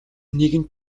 нэгэн